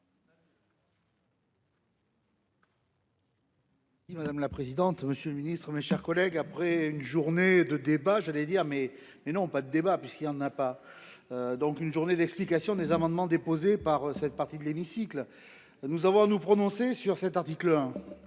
madame la présidente. Monsieur le Ministre, mes chers collègues, après une journée de débats j'allais dire mais mais non pas de débat parce qu'il y en a pas. Donc une journée d'explication des amendements déposés par cette partie de l'hémicycle. Nous avons nous prononcer sur cet article